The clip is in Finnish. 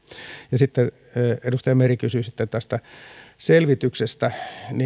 ja sitten edustaja meri kysyi tästä selvityksestä